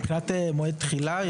לגבי מועד תחילה,